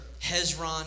Hezron